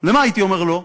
לְמה הייתי אומר לא?